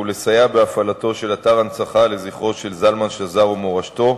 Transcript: היא לסייע בהפעלתו של אתר הנצחה לזכרו של זלמן שזר ולמורשתו,